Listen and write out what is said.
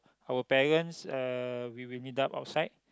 our parents uh we will meet up outside